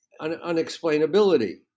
unexplainability